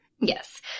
Yes